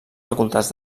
facultats